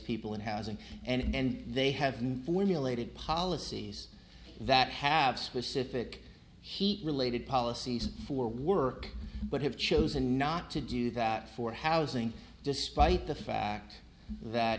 people in housing and they have formulated policies that have specific heat related policies for work but have chosen not to do that for housing despite the fact that